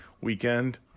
Weekend